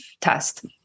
test